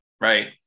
right